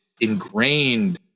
ingrained